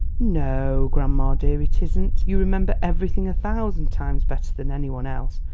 no, grandma dear it isn't. you remember everything a thousand times better than any one else,